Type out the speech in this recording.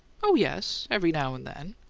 oh, yes every now and then.